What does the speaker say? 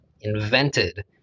invented